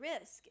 risk